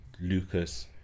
Lucas